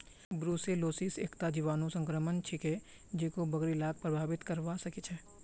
brucellosis एकता जीवाणु संक्रमण छिके जेको बकरि लाक प्रभावित करवा सकेछे